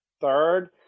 third